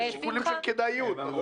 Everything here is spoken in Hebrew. שיקולים של כדאיות.